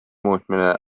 muutmine